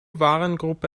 warengruppe